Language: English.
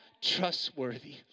trustworthy